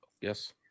Yes